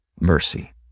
mercy